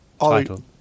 title